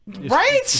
Right